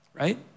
Right